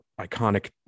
iconic